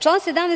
Član 17.